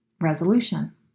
resolution